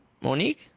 Monique